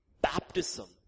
baptism